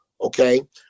Okay